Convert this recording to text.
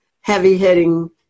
heavy-hitting